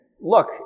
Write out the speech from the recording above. look